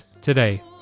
today